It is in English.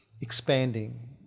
expanding